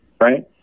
right